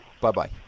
Bye-bye